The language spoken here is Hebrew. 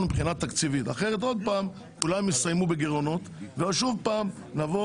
מבחינה תקציבית כי אחרת שוב כולם יסיימו בגירעונות ושוב נבוא